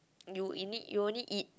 you in it you only eat